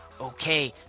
Okay